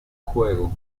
juego